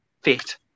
fit